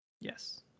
Yes